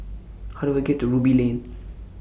How Do I get to Ruby Lane